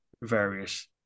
various